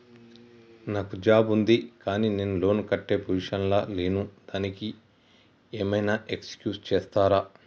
నాకు జాబ్ ఉంది కానీ నేను లోన్ కట్టే పొజిషన్ లా లేను దానికి ఏం ఐనా ఎక్స్క్యూజ్ చేస్తరా?